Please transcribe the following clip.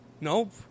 Nope